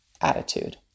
attitude